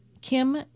Kim